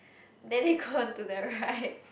daddy gone to the right